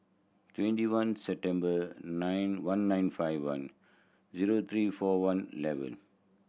twenty one September nine one nine five one zero three four one eleven